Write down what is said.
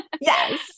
Yes